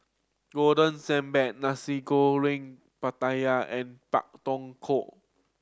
Golden Sand Bun Nasi Goreng Pattaya and Pak Thong Ko